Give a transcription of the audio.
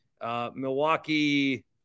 Milwaukee